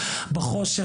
בחושך,